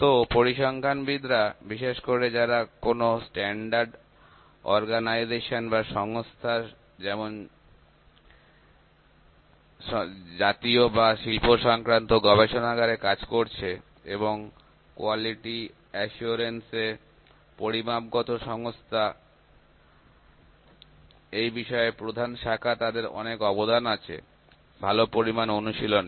তো পরিসংখ্যানবিদরা বিশেষ করে যারা কোনো স্ট্যান্ডার্ড অরগানাইজেশন বা সংস্থা যেমন জাতীয় বা শিল্প সংক্রান্ত গবেষণাগারে কাজ করেছে এবং কোয়ালিটি অ্যাসুরেন্স এ এবং পরিমাপগত সংস্থা এই বিষয়ে প্রধান শাখা তাদের অনেক অবদান আছে ভালো পরিমাপ অনুশীলনে